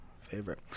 favorite